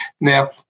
Now